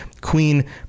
Queen